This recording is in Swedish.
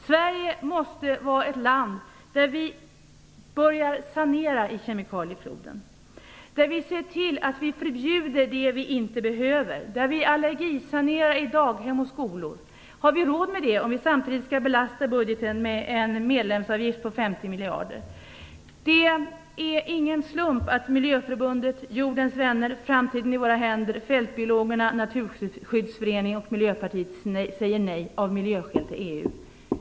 Sverige måste vara ett land som börjar sanera i kemikaliefloden, som ser till att det som inte behövs förbjuds och som allergisanerar daghem och skolor. Men har vi råd med det om vi samtidigt belastar budgeten med en medlemsavgift på 50 miljarder kronor? Det är ingen slump att miljöförbundet Jordens Naturskyddsföreningen och Miljöpartiet de gröna av miljöskäl säger nej till EU.